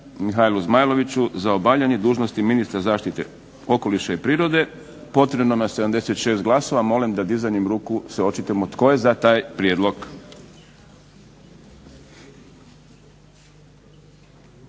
Mihajlu Zmajloviću za obavljanje dužnosti ministra zaštite okoliša i prirode. Potrebno nam je 76 glasova. Molim da se dizanjem ruku očitujemo tko je za taj prijedlog?